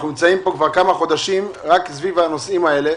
אנחנו פה כבר כמה חודשים סביב הנושאים האלה.